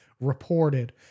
reported